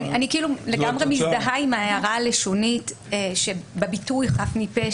אני לגמרי מזדהה עם ההערה הלשונית לגבי הביטוי חף מפשע.